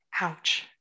ouch